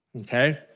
okay